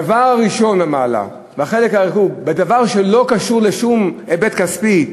דבר ראשון במעלה, בדבר שלא קשור לשום היבט כספי,